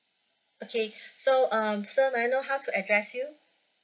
okay so um sir may I know how to address you